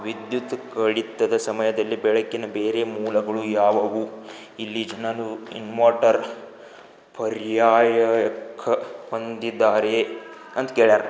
ವಿದ್ಯುತ್ ಕಡಿತದ ಸಮಯದಲ್ಲಿ ಬೆಳಕಿನ ಬೇರೆ ಮೂಲಗಳು ಯಾವುವು ಇಲ್ಲಿ ಜನರು ಇಮ್ಮೊರ್ಟರ್ ಪರ್ಯಾಯಕ ಹೊಂದಿದ್ದಾರೆಯೇ ಅಂತ ಕೇಳ್ಯಾರ